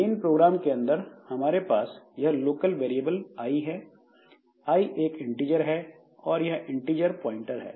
main program के अंदर हमारे पास यह लोकल वेरिएबल आई है i एक इन्टिजर है और यह इन्टिजर प्वाइंटर है